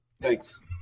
Thanks